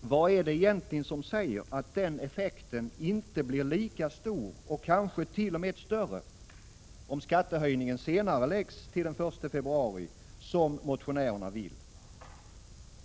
vad är det som säger, att den effekten inte blir lika stor och kanske t.o.m. större, om skattehöjningen senareläggs till den 1 februari, som motionärerna vill?